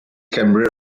came